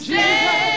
Jesus